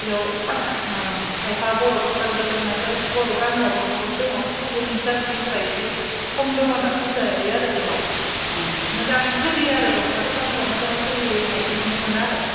बेयाव खायफा बर' दखानबो दोङो ओमफ्राय बर' गामियाबो बुहुद दङ गुबुन जाथिफोरा एसे खम दङ होनना बुंजायो आरो बेयाव मोजां सलियो आरो दख'ना दखानफोरा मोजां सलियो होनायखो नुनो मोनो आरो